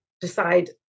decide